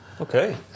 Okay